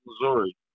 Missouri